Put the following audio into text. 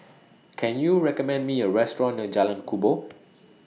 Can YOU recommend Me A Restaurant near Jalan Kubor